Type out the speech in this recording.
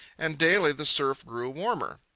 and daily the surf grew warmer.